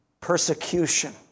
persecution